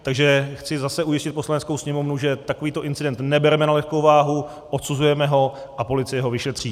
Takže chci zase ujistit Poslaneckou sněmovnu, že takovýto incident nebereme na lehkou váhu, odsuzujeme ho a policie ho vyšetří.